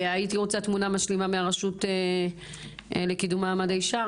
הייתי רוצה תמונה משלימה מהרשות לקידום מעמד האישה.